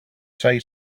say